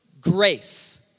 grace